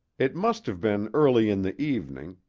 it must have been early in the evening,